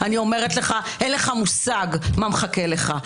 אני אומרת לך אין לך מושג מה מחכה לך.